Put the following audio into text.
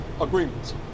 agreements